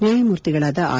ನ್ವಾಯಮೂರ್ತಿಗಳಾದ R